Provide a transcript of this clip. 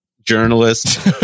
journalist